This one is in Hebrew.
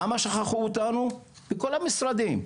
למה שכחו אותנו בכל המשרדים?